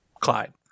Clyde